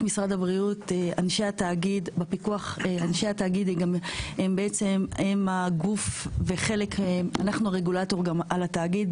אנשי התאגיד הם הגוף ואנחנו הרגולטור גם על התאגיד,